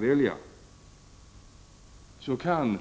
Varför skall vi förbjuda